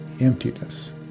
emptiness